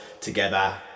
together